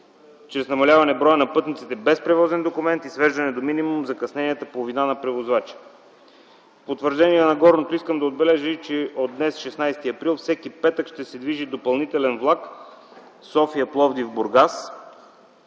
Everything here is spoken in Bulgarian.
чрез намаляване броя на пътниците без превозен документ и свеждане до минимум на закъсненията по вина на превозвача. В потвърждение на горното искам да отбележа, че от днес – 16 април 2010 г., всеки петък ще се движи допълнителен влак София-Пловдив-Бургас